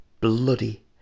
bloody